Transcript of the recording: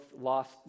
lost